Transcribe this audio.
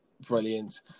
brilliant